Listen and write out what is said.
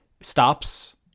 stops